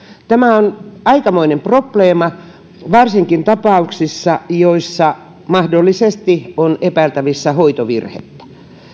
tämä on aikamoinen probleema varsinkin tapauksissa joissa mahdollisesti on epäiltävissä hoitovirhettä